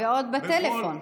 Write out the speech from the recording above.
ועוד בטלפון.